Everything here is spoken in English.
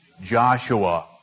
Joshua